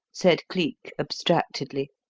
said cleek abstractedly,